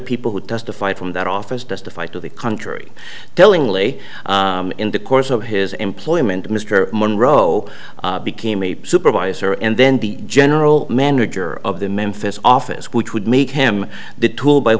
people who testified from that office justify to the contrary tellingly in the course of his employment mr munroe became a supervisor and then the general manager of the memphis office which would make him the tool by